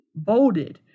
Bolded